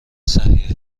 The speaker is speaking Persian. صحیح